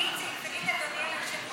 איציק, תגיד, עליזה.